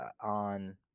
on